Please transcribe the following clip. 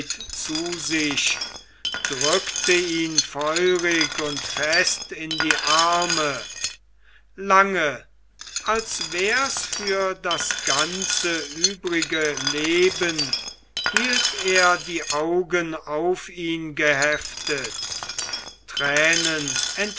zu sich drückte ihn feurig und fest in die arme lange als wär's für das ganze übrige leben hielt er die augen auf ihn geheftet thränen